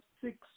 six